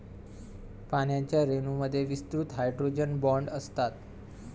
पाण्याच्या रेणूंमध्ये विस्तृत हायड्रोजन बॉण्ड असतात